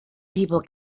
people